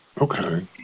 okay